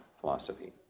philosophy